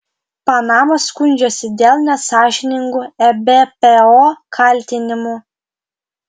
panama skundžiasi dėl nesąžiningų ebpo kaltinimų